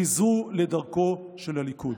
חזרו לדרכו של הליכוד.